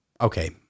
Okay